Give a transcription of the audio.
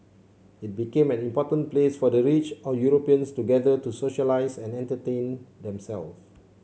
it became an important place for the rich or Europeans to gather to socialise and entertain themselves